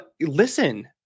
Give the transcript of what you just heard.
Listen